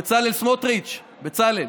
בצלאל סמוטריץ', בצלאל,